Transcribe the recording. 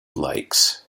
lakes